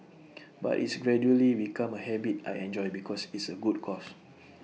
but it's gradually become A habit I enjoy because it's A good cause